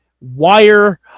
wire